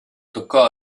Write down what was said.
toccò